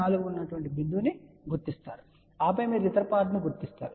4 ఉన్న బిందువును గుర్తిస్తారు ఆపై మీరు ఇతర పార్ట్ ను గుర్తిస్తారు